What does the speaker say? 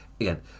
Again